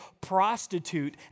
prostitute